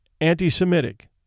anti-Semitic